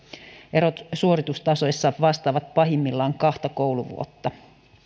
erot suoritustasoissa vastaavat pahimmillaan kahta kouluvuotta